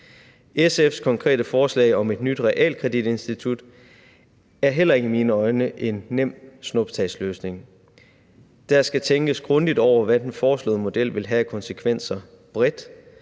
SF's konkrete forslag om et nyt realkreditinstitut er heller ikke i mine øjne en nem snuptagsløsning. Der skal tænkes grundigt over, hvad den foreslåede model vil have af konsekvenser bredt,